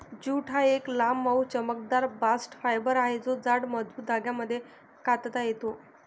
jute हा एक लांब, मऊ, चमकदार बास्ट फायबर आहे जो जाड, मजबूत धाग्यांमध्ये कातता येतो